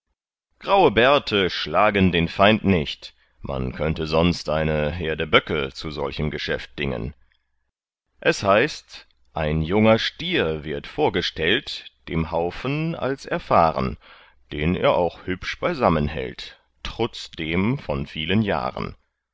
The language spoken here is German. graue bärte schlagen den feind nicht man könnte sonst eine herde böcke zu solchem geschäft dingen es heißt ein junger stier wird vorgestellt dem haufen als erfahren den er auch hübsch beisammen hält trutz dem von vielen jahren